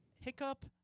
hiccup